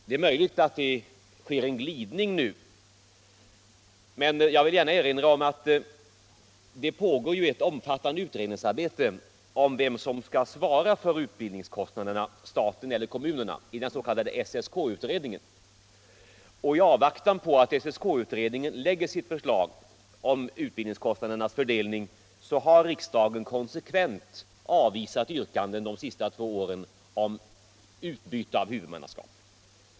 Det är möjligt att det sker en glidning nu, men jag vill gärna erinra om att det pågår ett omfattande utredningsarbete i den s.k. SSK-utredningen om vem -— staten eller kommunerna — som skall svara för utbildningskostnaderna. I avvaktan på att SSK-utredningen framlägger sitt förslag om utbildningskostnadernas fördelning har riksdagen under de senare två åren konsekvent avvisat yrkanden om utbyte av huvudmannaskap.